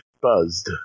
Buzzed